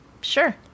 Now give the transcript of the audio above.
Sure